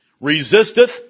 resisteth